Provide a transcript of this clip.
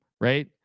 right